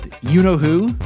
You-Know-Who